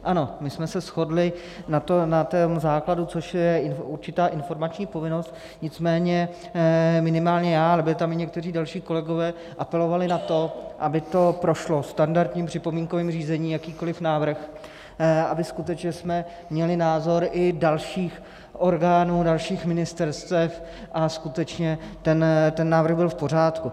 Ano, my jsme se shodli na tom základu, což je určitá informační povinnost, nicméně minimálně já, ale byli tam i někteří další kolegové, apelovali na to, aby to prošlo standardním připomínkovým řízení, jakýkoliv návrh, abychom skutečně měli názor i dalších orgánů, dalších ministerstev a skutečně ten návrh byl v pořádku.